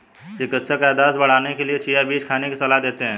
चिकित्सक याददाश्त बढ़ाने के लिए चिया बीज खाने की सलाह देते हैं